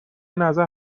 نظر